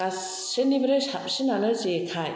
गासिनिफ्राय साबसिनानो जेखाइ